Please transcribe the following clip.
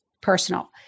personal